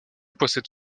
possède